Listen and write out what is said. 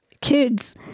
kids